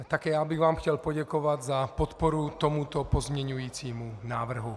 Také já bych vám chtěl poděkovat za podporu tomuto pozměňujícímu návrhu.